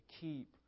keep